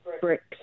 bricks